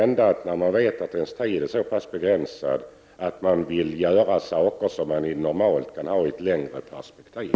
När man vet att ens tid är så pass begränsad kan det hända att man vill göra saker som normalt kan göras i ett längre perspektiv.